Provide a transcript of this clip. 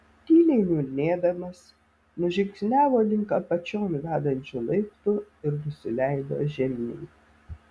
tyliai niurnėdamas nužingsniavo link apačion vedančių laiptų ir nusileido žemyn